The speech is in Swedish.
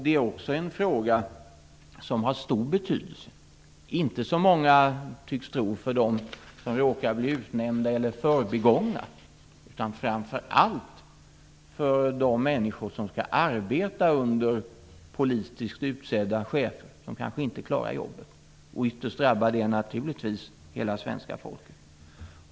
Det är också en fråga som har stor betydelse, inte som många tycks tro för dem som råkar bli utnämnda eller förbigångna utan framför allt för de människor som skall arbeta under politiskt utsedda chefer som kanske inte klarar jobbet. Ytterst drabbar det naturligtvis hela svenska folket.